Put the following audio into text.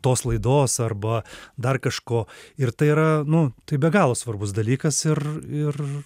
tos laidos arba dar kažko ir tai yra nu tai be galo svarbus dalykas ir ir